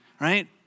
right